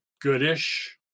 goodish